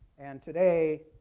and today,